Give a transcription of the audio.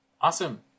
Awesome